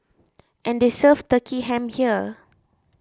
and they serve Turkey Ham here